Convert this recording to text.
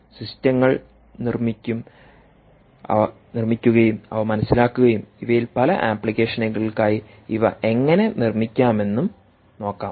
സിസ്റ്റങ്ങൾ നിർമ്മിക്കുകയും അവ മനസിലാക്കുകയും ഇവയിൽ പല ആപ്ലിക്കേഷനുകൾക്കായി ഇവ എങ്ങനെ നിർമ്മിക്കാമെന്നും നോക്കാം